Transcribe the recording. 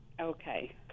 Okay